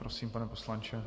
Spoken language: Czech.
Prosím, pane poslanče.